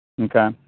Okay